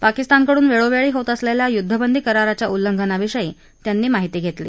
पाकिस्तानकडून वेळोवेळी होत असलेल्या युद्धबंदी कराराच्याच्या उल्लंघनाविषयी त्यांनी माहिती धेतली